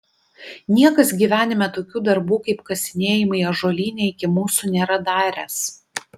niekas gyvenime tokių darbų kaip kasinėjimai ąžuolyne iki mūsų nėra daręs